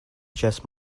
jesse